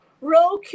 Roku